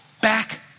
back